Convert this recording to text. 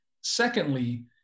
secondly